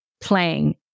playing